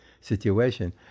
situation